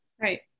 Right